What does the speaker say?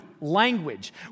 language